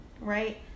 right